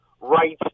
rights